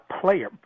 player